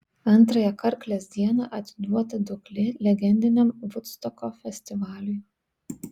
antrąją karklės dieną atiduota duoklė legendiniam vudstoko festivaliui